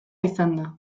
izanda